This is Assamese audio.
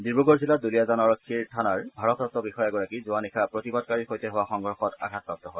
ডিব্ৰুগড় জিলাত দুলীয়াজান আৰক্ষী থানাৰ ভাৰপ্ৰাপ্ত বিষয়াগৰাকী যোৱা নিশা প্ৰতিবাদকাৰীৰ সৈতে হোৱা সংঘৰ্ষত আঘাতপ্ৰাপ্ত হয়